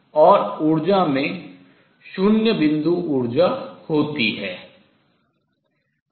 और ऊर्जा में शून्य बिंदु ऊर्जा होती है